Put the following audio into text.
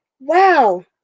Wow